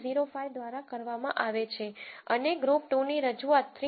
05 દ્વારા કરવામાં આવે છે અને ગ્રુપ 2 ની રજૂઆત 3